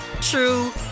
true